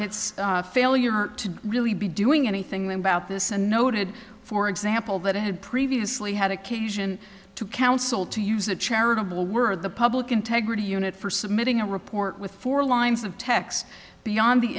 its failure to really be doing anything then about this and noted for example that it had previously had occasion to counsel to use the charitable word the public integrity unit for submitting a report with four lines of text beyond the